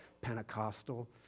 Pentecostal